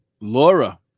Laura